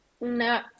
No